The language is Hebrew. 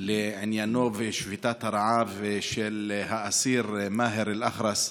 היום לעניינו של האסיר השובת רעב מאהר אל-אח'רס,